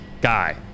guy